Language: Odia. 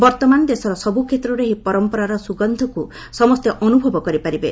ବର୍ତ୍ତମାନ ଦେଶର ସବ୍କ୍ଷେତ୍ରରେ ଏହି ପରମ୍ପରାର ସ୍ୱଗନ୍ଧକ୍ତ ସମସ୍ତେ ଅନ୍ଦ୍ରଭବ କରିପାରିବେ